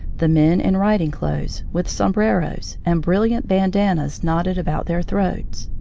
the men in riding-clothes, with sombreros and brilliant bandannas knotted about their throats.